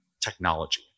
technology